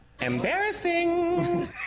Embarrassing